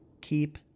Keep